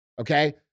okay